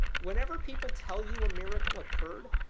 whenever people tell you a miracle occurred,